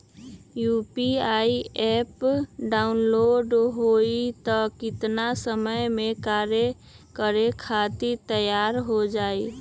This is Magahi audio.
यू.पी.आई एप्प डाउनलोड होई त कितना समय मे कार्य करे खातीर तैयार हो जाई?